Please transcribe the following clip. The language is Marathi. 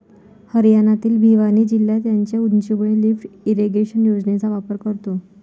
हरियाणातील भिवानी जिल्हा त्याच्या उंचीमुळे लिफ्ट इरिगेशन योजनेचा वापर करतो